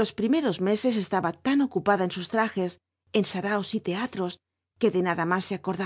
lo primeros ncsos estaba tan ocupada en sus trajes en saraos y leal ros que do nad t más se acord